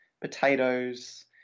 potatoes